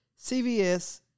CVS